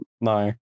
No